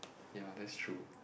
you know that's true